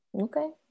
Okay